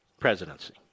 presidency